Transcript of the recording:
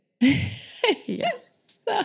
Yes